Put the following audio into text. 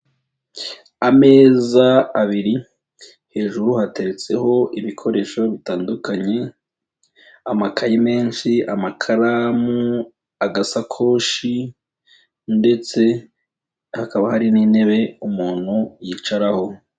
Ameza abiri, hejuru hateretseho ibikoresho bitandukanye, amakayi menshi, amakaramu, agasakoshi ndetse hakaba hari n'intebe umuntu yicaraho.